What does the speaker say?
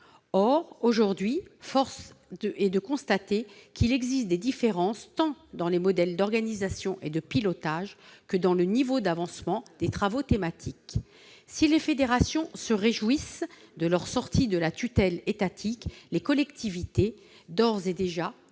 Or, aujourd'hui, force est de constater qu'il existe des différences, tant dans les modèles d'organisation et de pilotage que dans le degré d'avancement des travaux thématiques. Si les fédérations se réjouissent d'être sorties de la tutelle étatique, les collectivités, d'ores et déjà